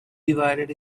divided